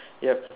yup